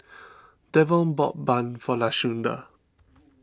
Devaughn bought Bun for Lashunda